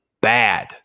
bad